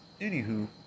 anywho